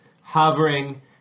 Hovering